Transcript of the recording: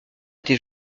tes